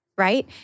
right